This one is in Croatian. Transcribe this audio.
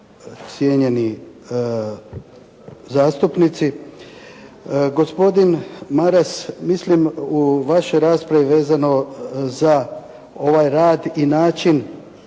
cijenjeni zastupnici. Gospodin Maras mislim u vašoj raspravi vezano za ovaj rad i način